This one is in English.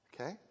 Okay